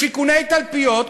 בשיכוני תלפיות,